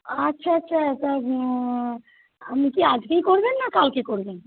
আচ্ছা আচ্ছা তা আপনি কি আজকেই করবেন না কালকে করবেন